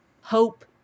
hope